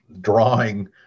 drawing